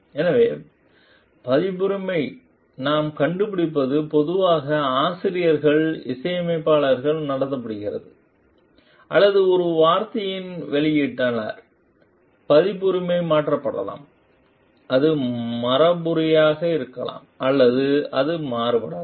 எனவே பதிப்புரிமை நாம் கண்டுபிடிப்பது பொதுவாக ஆசிரியர்கள் இசையமைப்பாளர்களால் நடத்தப்படுகிறது அல்லது ஒரு வார்த்தையின் வெளியீட்டாளர் பதிப்புரிமை மாற்றப்படலாம் அது மரபுரிமையாக இருக்கலாம் அல்லது அது மாற்றப்படலாம்